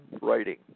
writing